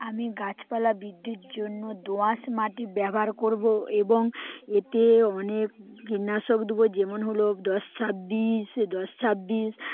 আমি গাছপালা বৃদ্ধির জন্য দোআঁশ মাটি ব্যবহার করবো এবং এতে অনেক কীটনাশক দেবো যেমন হলো দশ ছাব্বিশ দশ ছাব্বিশ